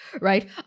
right